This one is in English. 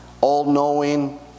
all-knowing